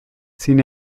sin